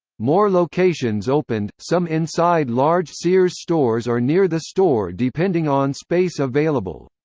more locations opened, some inside large sears stores or near the store depending on space available.